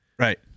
Right